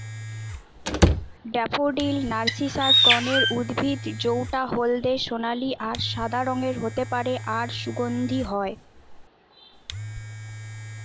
daffodil narcissus গণের উদ্ভিদ জউটা হলদে সোনালী আর সাদা রঙের হতে পারে আর সুগন্ধি হয়